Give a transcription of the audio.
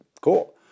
cool